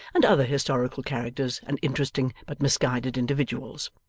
and other historical characters and interesting but misguided individuals.